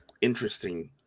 interesting